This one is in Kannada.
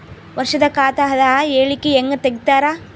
ವರ್ಷದ ಖಾತ ಅದ ಹೇಳಿಕಿ ಹೆಂಗ ತೆಗಿತಾರ?